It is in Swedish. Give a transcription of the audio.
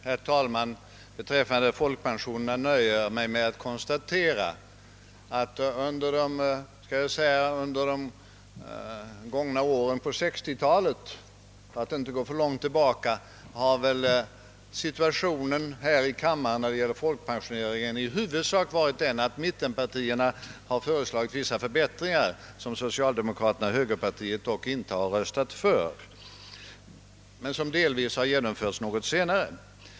Herr talman! Beträffande folkpensionerna nöjer jag mig med att konstatera att under den gångna delen av 1960-talet — för att inte gå för långt tillbaka i tiden — har situationen här i kammaren i huvudsak varit den att mittenpartierna föreslagit vissa förbättringar av folkpensionerna, som socialdemokraterna och högern inte röstat för då förslagen väckts. De har delvis genomförts något senare.